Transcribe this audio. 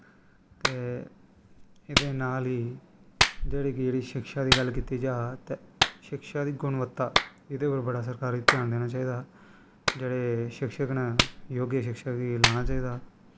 ते एह्दे नाल ई जेह्ड़ी कि शिक्षा दी गल्ल कीती जा शिक्षा दी गुनबत्ता एह्दे पर सरकार गी ध्यान देना चाही दा जेह्ड़े शिक्षक न योग्य शिक्षक गी लाना चाही दा